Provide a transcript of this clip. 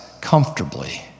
comfortably